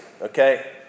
Okay